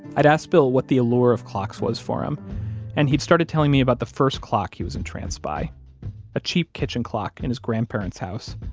i'd asked bill what the allure of clocks was for him and he started telling me about the first clock he was entranced by a cheap kitchen clock in his grandparent's house.